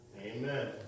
Amen